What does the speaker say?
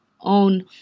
own